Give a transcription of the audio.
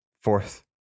fourth